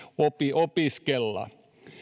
opiskella